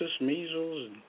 measles